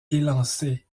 élancée